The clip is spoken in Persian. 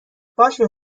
باشه